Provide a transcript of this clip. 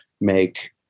make